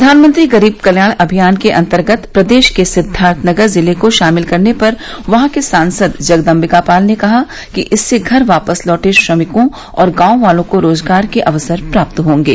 प्रधानमंत्री गरीब कल्याण अभियान के अन्तर्गत प्रदेश के सिद्वाथनगर जिले को शामिल करने पर वहां के सांसद जगदम्बिका पाल ने कहा कि इससे घर वापस लौटे श्रमिकों और गांव वालों को रोजगार के अवसर प्राप्त होंगे